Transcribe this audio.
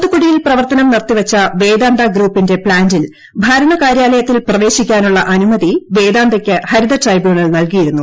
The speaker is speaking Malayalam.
തൂത്തുക്കുടിയിൽ പ്രവർത്തനം നിർത്തിവച്ച വേദാന്ത ഗ്രൂപ്പിന്റെ പ്ലാന്റിൽ ഭരണ കാര്യാലയത്തിൽ പ്രവേശിക്കാനുള്ള അനുമതി വേദാന്തയ്ക്ക് ഹരിത വ്രൈബ്യൂണൽ നൽകിയിരുന്നു